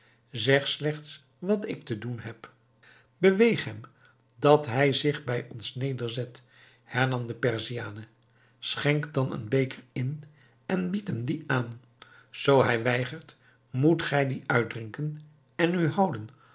zeg slechts wat ik te doen heb beweeg hem dat hij zich bij ons nederzet hernam de perziane schenk dan een beker in en biedt hem dien aan zoo hij weigert moet gij dien uitdrinken en u houden